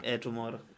tomorrow